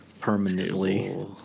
permanently